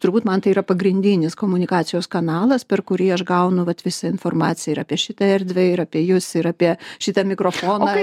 turbūt man tai yra pagrindinis komunikacijos kanalas per kurį aš gaunu vat visą informaciją ir apie šitą erdvę ir apie jus ir apie šitą mikrofoną